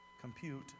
compute